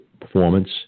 Performance